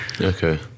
Okay